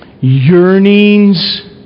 yearnings